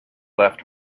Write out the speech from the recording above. left